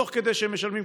תוך כדי שהם משלמים,